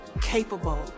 Capable